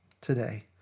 today